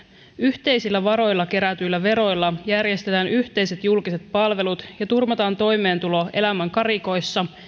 yhteisillä varoilla kerätyillä veroilla järjestetään yhteiset julkiset palvelut ja turvataan toimeentulo elämän karikoissa